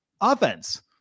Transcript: offense